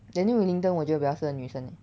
Daniel Wellington 我觉得比较适合女生 eh